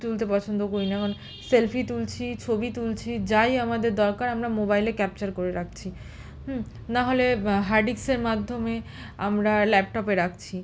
তুলতে পছন্দ করি না কারণ সেলফি তুলছি ছবি তুলছি যাই আমাদের দরকার আমরা মোবাইলে ক্যাপচার করে রাখছি না হলে হার্ড ডিস্কের মাধ্যমে আমরা ল্যাপটপে রাখছি